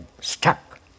stuck